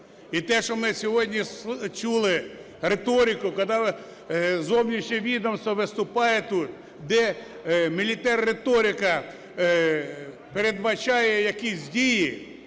І те, що ми сьогодні чули риторику, коли зовнішнє відомство виступає тут, де риторика передбачає якісь дії,